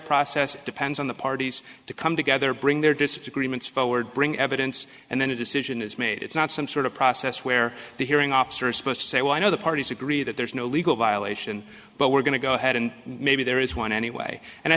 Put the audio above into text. process depends on the parties to come together bring their disagreements forward bring evidence and then a decision is made it's not some sort of process where the hearing officer is supposed to say one of the parties agree that there's no legal violation but we're going to go ahead and maybe there is one anyway and i